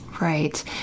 Right